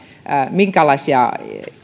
minkäänlaisia